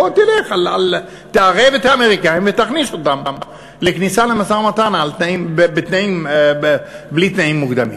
בוא תערב את האמריקנים ותכניס אותם למשא-ומתן בלי תנאים מוקדמים.